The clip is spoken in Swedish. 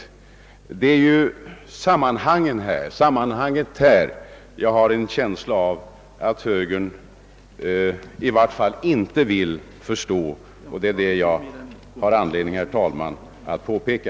Det är detta sammanhang som jag har en känsla av att i varje fall högern inte vill förstå, och det är detta jag funnit anledning att påpeka.